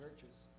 churches